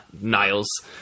Niles